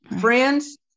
Friends